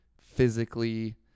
physically